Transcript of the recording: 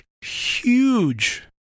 huge